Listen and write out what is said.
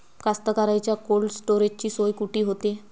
कास्तकाराइच्या कोल्ड स्टोरेजची सोय कुटी होते?